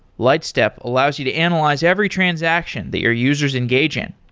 lightstep allows you to analyze every transaction that your users engage in.